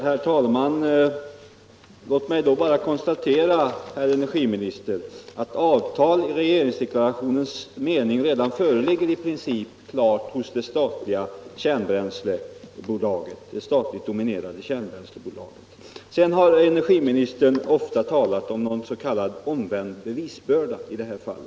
Herr talman! Låt mig då bara konstatera att avtal i regeringsdekla Torsdagen den rationens mening redan föreligger hos det statligt dominerade kärnbräns 28 oktober 1976 lebolaget. Energiministern har ofta talat om s.k. omvänd bevisbörda i detta fall.